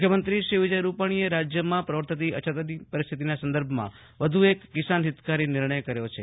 મુખ્યમંત્રી શ્રી વિજય રૂપાણીએ રાજ્યની પ્રવર્તમાન અછતની પરિસ્થિતિના સંદર્ભમાં વધુ એક કિસાન હિતકારી નિર્ણય કર્યો છે